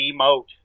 emote